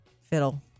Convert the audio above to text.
Fiddle